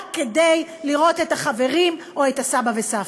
רק כדי לראות את החברים או את הסבא וסבתא.